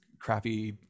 crappy